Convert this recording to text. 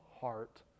heart